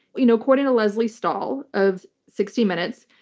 you know according to lesley stahl of sixty minutes,